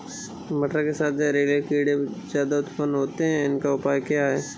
मटर के साथ जहरीले कीड़े ज्यादा उत्पन्न होते हैं इनका उपाय क्या है?